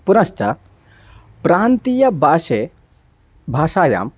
पुनश्च प्रान्तीयभाषे भाषायां